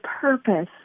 purpose